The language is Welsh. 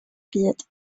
byd